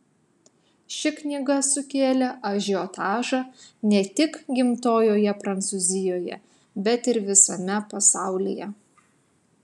ši knyga sukėlė ažiotažą ne tik gimtojoje prancūzijoje bet ir visame pasaulyje